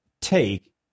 take